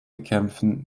bekämpfen